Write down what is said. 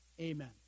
Amen